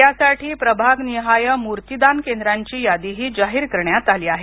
यासाठी प्रभाग निहाय मूर्तीदान केंद्रांची यादीही जाहीर करण्यात आली आहे